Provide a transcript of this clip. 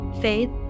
faith